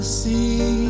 see